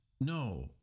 No